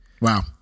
Wow